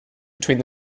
between